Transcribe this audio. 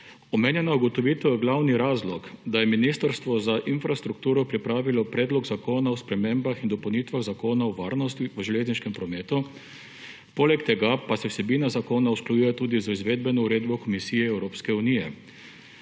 ugotovitev je glavni razlog, da je Ministrstvo za infrastrukturo pripravilo Predlog zakona o spremembah in dopolnitvah Zakona o varnosti v železniškem prometu, poleg tega pa se vsebina zakona usklajuje tudi z izvedbeno uredbo komisije Evropske unije.